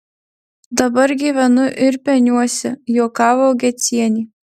dabar gyvenu ir peniuosi juokavo gecienė